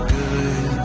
good